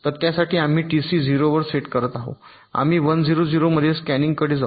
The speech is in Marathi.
तर त्यासाठी आम्ही टीसी 0 वर सेट करत आहोत आम्ही 1 0 0 मध्ये स्कॅनिनकडे जाऊ